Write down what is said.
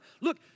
Look